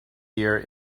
year